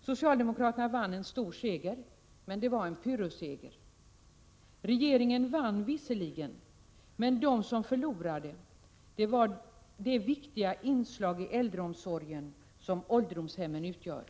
Socialdemokraterna vann en stor seger, men det var en pyrrusseger. Regeringen vann visserligen — förlorare var det viktiga inslag i äldreomsorgen som ålderdomshemmen utgör.